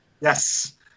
Yes